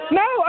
no